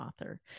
author